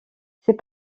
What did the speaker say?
ses